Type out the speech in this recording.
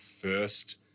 first